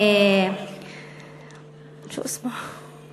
שו אסמו?